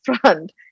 front